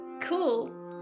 Cool